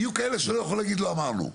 יהיו כאלה שאליהם לא נוכל להגיד "לא אמרנו".